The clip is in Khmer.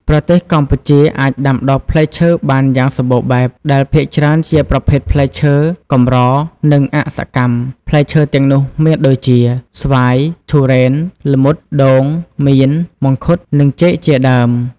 ប្រទេសកម្ពុជាអាចដាំដុះផ្លែឈើបានយ៉ាងសម្បូរបែប ដែលភាគច្រើនជាប្រភេទផ្លែឈើកម្រនិងអសកម្ម ។ ផ្លែឈើទាំងនោះមានដូចជា ស្វាយ ធូរេន ល្មុត ដូង មៀន មង្ឃុត និង ចេក ជាដើម។